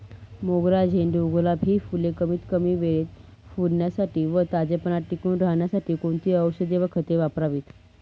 मोगरा, झेंडू, गुलाब हि फूले कमीत कमी वेळेत फुलण्यासाठी व ताजेपणा टिकून राहण्यासाठी कोणती औषधे व खते वापरावीत?